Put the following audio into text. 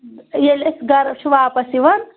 ییٚلہِ أسۍ گرٕ چھُ واپَس یِوان